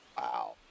Wow